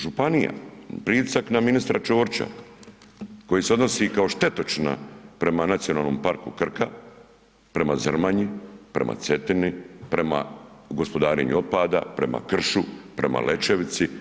Županija, pritisak na ministra Ćorića koji se odnosi kao štetočina prema Nacionalnom parku Krka, prema Zrmanji, prema Cetini, prema gospodarenju otpada, prema kršu, prema Lećevici.